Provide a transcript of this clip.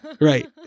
right